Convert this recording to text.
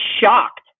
shocked